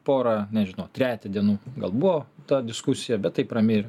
pora nežinau trejetą dienų gal buvo ta diskusija bet taip ramiai